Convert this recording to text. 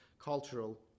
cultural